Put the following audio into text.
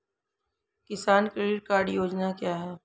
किसान credit card योजना क्या है?